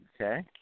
okay